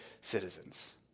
citizens